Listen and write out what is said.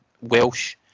Welsh